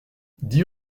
dix